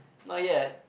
not yet